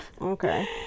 Okay